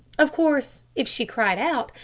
of course, if she cried out,